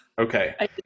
Okay